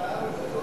שהשתמשת בי כדוגמה,